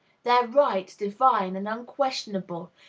their right divine and unquestionable,